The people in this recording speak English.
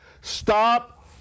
stop